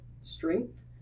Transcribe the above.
strength